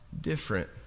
different